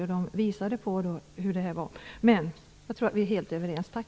De visade mig hur det är. Jag tror att vi är helt överens. Tack!